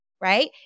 right